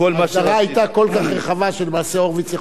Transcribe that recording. ההגדרה היתה כל כך רחבה שלמעשה הורוביץ יכול היה,